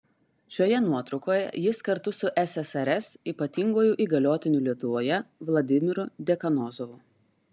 šioje nuotraukoje jis kartu su ssrs ypatinguoju įgaliotiniu lietuvoje vladimiru dekanozovu